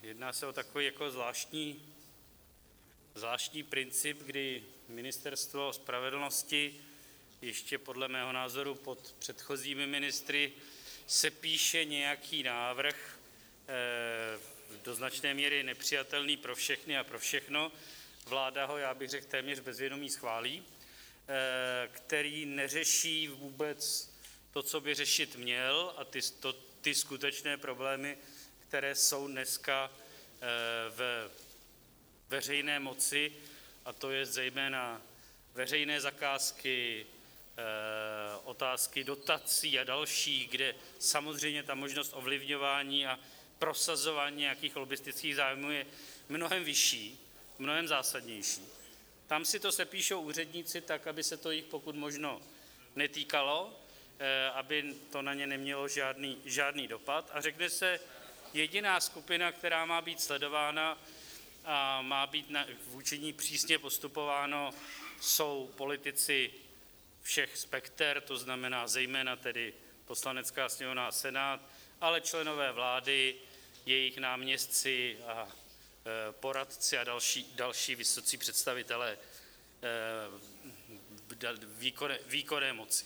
Jedná se o takový jako zvláštní princip, kdy Ministerstvo spravedlnosti ještě podle mého názoru pod předchozími ministry sepíše nějaký návrh, do značné míry nepřijatelný pro všechny a pro všechno, vláda ho, já bych řekl, téměř v bezvědomí schválí, který neřeší vůbec to, co by řešit měl, a ty skutečné problémy, které jsou dneska ve veřejné moci, a to jsou zejména veřejné zakázky, otázky dotací a další, kde samozřejmě ta možnost ovlivňování a prosazování nějakých lobbistických zájmů je mnohem vyšší, mnohem zásadnější, tam si to sepíšou úředníci tak, aby se to jich pokud možno netýkalo, aby to na ně nemělo žádný dopad, a řekne se: jediná skupina, která má být sledována a má být vůči ní přísně postupováno, jsou politici všech spekter, to znamená zejména Poslanecká sněmovna a Senát, ale (i) členové vlády, jejich náměstci a poradci a další vysocí představitelé výkonné moci.